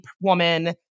woman